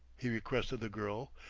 he requested the girl,